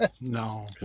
No